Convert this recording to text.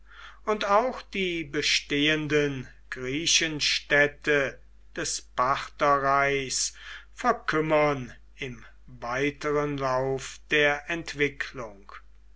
und auch die bestehenden griechenstädte des partherreichs verkümmern im weiteren lauf der entwicklung